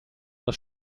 alla